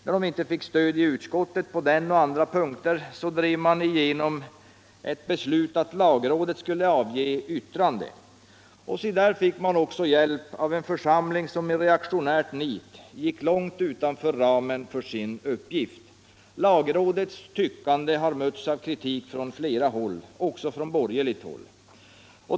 När de inte fick stöd i utskottet på den och andra punkter, drev de igenom ett beslut att lagrådet skulle avge yttrande. Och si, där fick de också hjälp av en församling som i reaktionärt nit gick långt utanför ramen för sin uppgift. Lagrådets tyckande har mötts av kritik från flera håll, också från borgerligt.